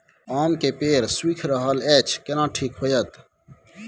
आम के पेड़ सुइख रहल एछ केना ठीक होतय?